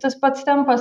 tas pats tempas